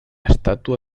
estatua